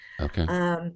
Okay